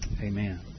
Amen